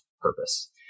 purpose